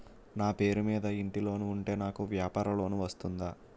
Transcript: నా పేరు మీద ఇంటి లోన్ ఉంటే నాకు వ్యాపార లోన్ వస్తుందా?